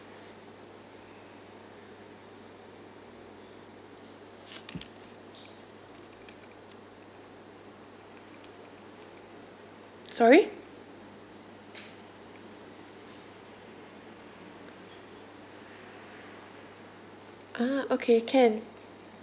sorry ah okay can